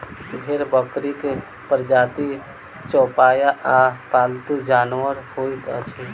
भेंड़ बकरीक प्रजातिक चौपाया आ पालतू जानवर होइत अछि